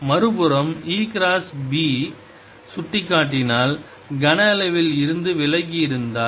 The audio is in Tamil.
மறுபுறம் E கிராஸ் B சுட்டிக்காட்டினால் கன அளவில் இருந்து விலகி இருந்தால்